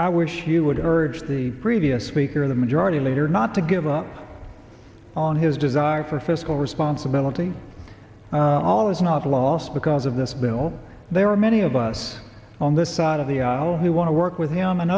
i wish you would urge the previous speaker in the majority leader not to give up on his desire for fiscal responsibility all is not lost because of this bill there are many of us on this side of the aisle who want to work with him and